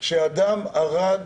שאדם הרג